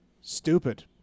Stupid